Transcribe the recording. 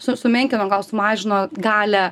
su sumenkino gal sumažino galią